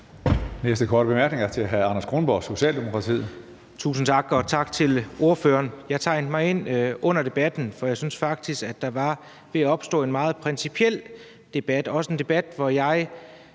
Næste korte bemærkning er til hr. Anders Kronborg, Socialdemokratiet. Kl. 20:03 Anders Kronborg (S): Tusind tak, og tak til ordføreren. Jeg tegnede mig ind under debatten, for jeg synes faktisk, der var ved at opstå en meget principiel debat og også en debat, hvor jeg